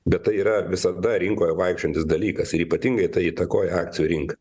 bet tai yra visada rinkoje vaikščiojantis dalykas ir ypatingai tai įtakoja akcijų rinka